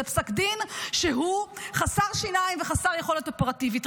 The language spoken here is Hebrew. זה פסק דין שהוא חסר שיניים וחסר יכולת אופרטיבית.